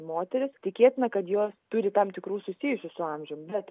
moterys tikėtina kad jos turi tam tikrų susijusių su amžium bet